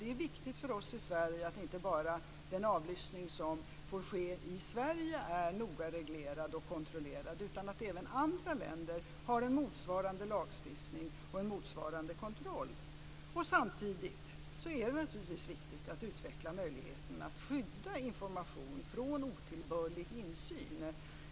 Det är viktigt för oss i Sverige att inte bara den avlyssning som får ske i Sverige är noga reglerad och kontrollerad utan att även andra länder har en motsvarande lagstiftning och en motsvarande kontroll. Samtidigt är det naturligtvis viktigt att utveckla möjligheterna att skydda information från otillbörlig insyn.